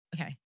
okay